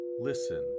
listen